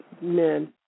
men